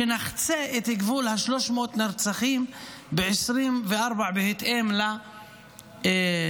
שנחצה את גבול ה-300 נרצחים ב-2024, בהתאם לעלייה